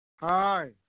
Hi